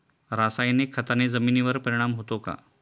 रासायनिक खताने जमिनीवर परिणाम होतो का?